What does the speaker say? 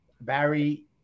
barry